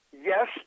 Yes